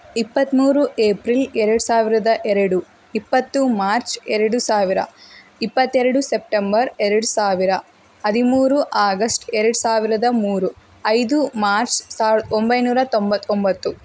ಇಪ್ಪತ್ತ್ಮೂರು ಏಪ್ರಿಲ್ ಎರಡು ಸಾವಿರದ ಎರಡು ಇಪ್ಪತ್ತು ಮಾರ್ಚ್ ಎರಡು ಸಾವಿರ ಇಪ್ಪತ್ತೆರಡು ಸೆಪ್ಟೆಂಬರ್ ಎರಡು ಸಾವಿರ ಹದಿಮೂರು ಆಗಸ್ಟ್ ಎರಡು ಸಾವಿರದ ಮೂರು ಐದು ಮಾರ್ಚ್ ಸಾವಿರದ ಒಂಬೈನೂರ ತೊಂಬತ್ತೊಂಬತ್ತು